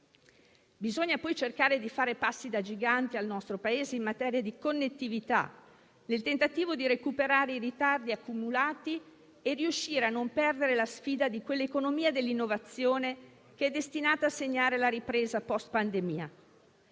Bisogna poi cercare di far fare passi da gigante al nostro Paese in materia di connettività, nel tentativo di recuperare i ritardi accumulati e riuscire a non perdere la sfida di quell'economia dell'innovazione, destinata a segnare la ripresa *post* pandemia.